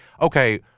okay –